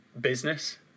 business